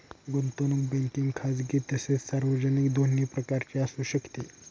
गुंतवणूक बँकिंग खाजगी तसेच सार्वजनिक दोन्ही प्रकारची असू शकते